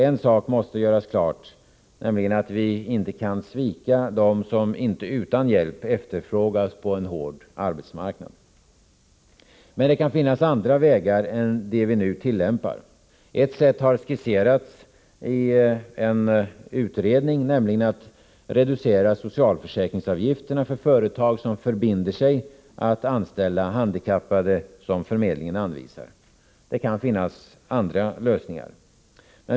En sak måste göras klar, nämligen att vi inte kan svika dem som inte utan hjälp efterfrågas på en hård arbetsmarknad. Men det kan finnas andra vägar än de vi nu tillämpar. Ett sätt har skisserats ien utredning, nämligen att socialförsäkringsavgifterna reduceras för företag som förbinder sig att anställa handikappade som förmedlingen anvisar. Det kan finnas andra lösningar.